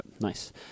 nice